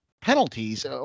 penalties